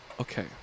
Okay